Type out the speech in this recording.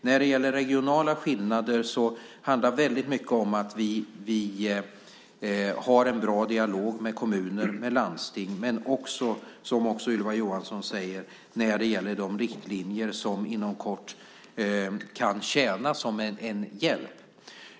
När det gäller regionala skillnader handlar det väldigt mycket om att ha en bra dialog med kommuner och landsting men också att ha, som Ylva Johansson säger, riktlinjer som inom kort kan tjäna som en hjälp.